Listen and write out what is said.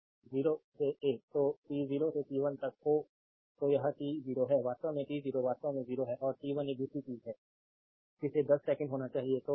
तो 0 से 1 तो t 0 से t 1 तक तो यह t0 है वास्तव में t 0 वास्तव में 0 है और t 1 एक दूसरी चीज है जिसे दस 2 सेकंड होना चाहिए